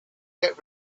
get